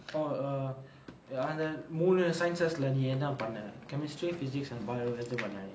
orh err அந்த மூணு:antha moonu sciences lah நீ என்ன பண்ண:nee enna panna chemistry physics and bio எது பண்ண:ethu panna